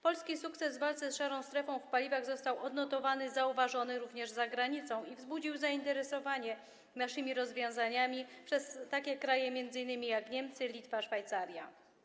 Polski sukces w walce z szarą strefą w paliwach został odnotowany, zauważony również za granicą i wzbudził zainteresowanie naszymi rozwiązaniami takich krajów jak m.in. Niemcy, Litwa, Szwajcaria.